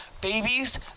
babies